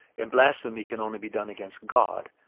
and blasphemy can only be done against god,